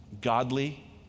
godly